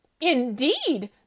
Indeed